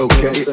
Okay